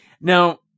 Now